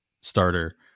starter